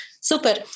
Super